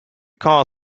car